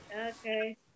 Okay